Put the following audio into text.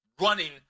Running